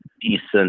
decent